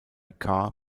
car